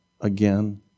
Again